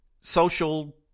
social